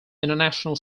international